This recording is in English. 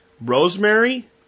Rosemary